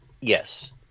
Yes